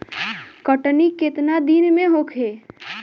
कटनी केतना दिन में होखे?